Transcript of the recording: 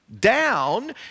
down